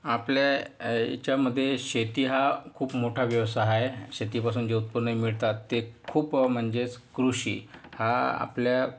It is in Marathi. आपल्या याच्यामध्ये शेती हा खूप मोठा व्यवसाय आहे शेतीपासून जे उत्पन्न मिळतात ते खूप म्हणजेच कृषी हा आपल्या